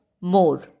more